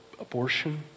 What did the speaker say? abortion